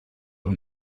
und